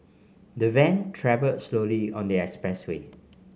the van travelled slowly on the express way